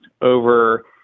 over